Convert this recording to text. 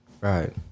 Right